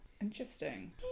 Interesting